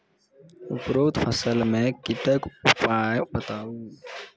उपरोक्त फसल मे कीटक उपाय बताऊ?